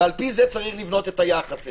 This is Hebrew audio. ועל פי זה צריך לבנות את היחס אליו.